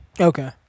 Okay